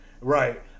Right